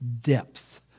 depth